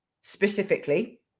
specifically